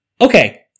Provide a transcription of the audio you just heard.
Okay